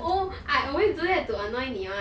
oh I always do that to annoy 你 [one]